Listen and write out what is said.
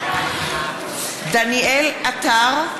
דניאל עטר,